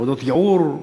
עבודות ייעור,